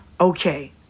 Okay